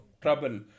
trouble